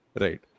Right